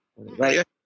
right